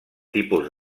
tipus